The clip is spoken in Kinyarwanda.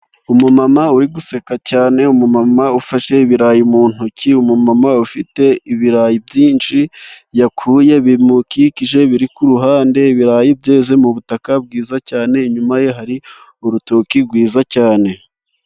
Umumama uri guseka cyane, umumama ufashe ibirayi mu ntoki, umu mama ufite ibirayi byinshi yakuye bimukikije, biri ku ruhande ibirayi byeze mu butaka bwiza cyane. Inyuma ye hari urutoki rwiza cyane.